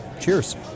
Cheers